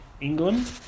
England